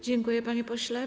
Dziękuję, panie pośle.